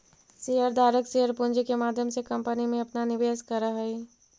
share धारक share पूंजी के माध्यम से कंपनी में अपना निवेश करऽ हई